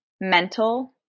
mental